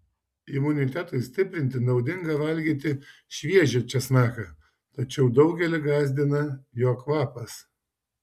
imunitetui stiprinti naudinga valgyti šviežią česnaką tačiau daugelį gąsdina jo kvapas